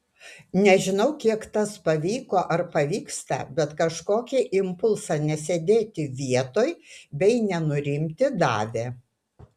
nežinau kiek tas pavyko ar pavyksta bet kažkokį impulsą nesėdėti vietoj bei nenurimti davė